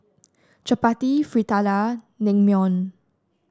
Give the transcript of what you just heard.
Chapati Fritada Naengmyeon